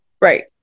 Right